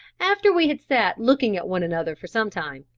after we had sat looking at one another for some time,